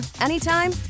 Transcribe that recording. anytime